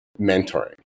mentoring